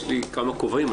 יש לי כמה כובעים.